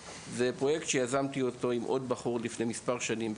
פרויקט שיזמתי לפני מספר שנים עם עוד